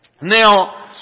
Now